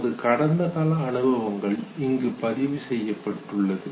நமது கடந்த கால அனுபவங்கள் இங்கு பதிவு செய்யப்பட்டுள்ளது